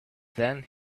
then